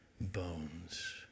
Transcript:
Bones